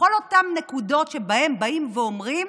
בכל אותן נקודות שבהן באים ואומרים